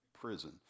prison